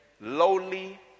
lowly